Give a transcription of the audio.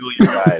Julian